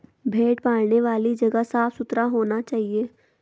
भेड़ पालने वाली जगह साफ सुथरा होना चाहिए